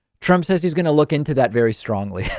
trump says he's going to look into that very strongly.